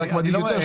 זה רק מדאיג אותי,